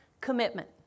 Commitment